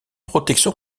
protection